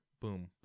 boom